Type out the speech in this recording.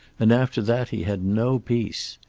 and after that he had no peace.